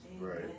Right